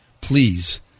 Please